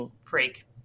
freak